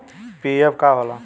PF का होला?